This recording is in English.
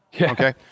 Okay